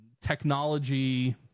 technology